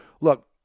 Look